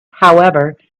however